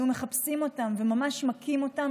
היו מחפשים אותם וממש מכים אותם,